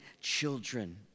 children